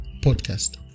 podcast